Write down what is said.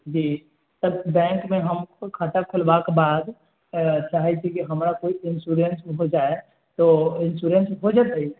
जी sir bank मे हम खाता खोलबाक बाद चाहै छियै कि हमरा सऽ इन्सोरेन्स हो जाइ तऽ इन्सोरेन्स हो जेतै